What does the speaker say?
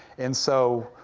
and so,